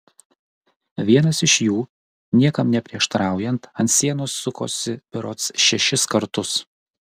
vienas iš jų niekam neprieštaraujant ant sienos sukosi berods šešis kartus